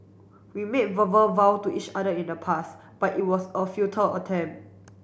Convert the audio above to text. we made verbal vow to each other in the past but it was a futile attempt